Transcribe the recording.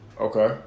Okay